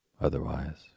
otherwise